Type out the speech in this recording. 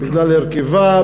בגלל הרכבה,